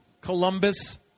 Columbus